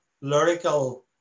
lyrical